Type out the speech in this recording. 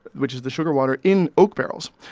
which is the sugar water, in oak barrels.